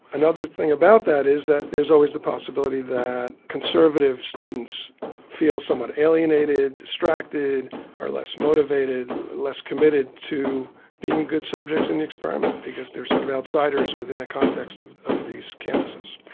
another thing about that is that there's always the possibility that conservative students feel somewhat alienated, distracted or less motivated or less committed to being good subjects in the experiment because they are sort of outsiders within a context of of these campuses.